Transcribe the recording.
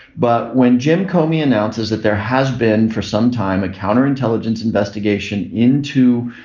but when jim comey announces that there has been for some time a counterintelligence investigation into